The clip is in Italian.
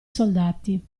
soldati